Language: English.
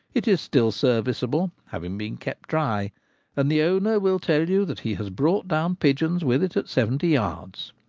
it is still serviceable, having been kept dry and the owner will tell you that he has brought down pigeons with it at seventy yards.